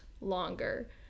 longer